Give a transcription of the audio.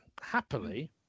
happily